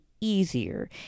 easier